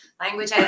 language